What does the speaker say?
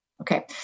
Okay